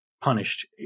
punished